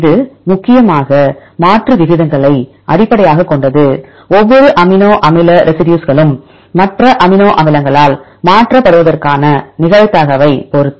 இது முக்கியமாக மாற்று விகிதங்களை அடிப்படையாகக் கொண்டது ஒவ்வொரு அமினோ அமில ரெசி டியூஸ்க்களும் மற்ற அமினோ அமிலங்களால் மாற்றப்படுவதற்கான நிகழ்தகவைப் பொறுத்து